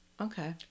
Okay